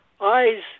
eyes